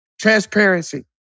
transparency